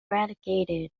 relegated